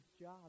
job